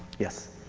yes?